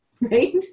right